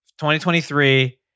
2023